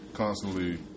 constantly